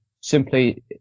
simply